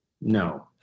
No